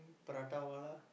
prata-Wala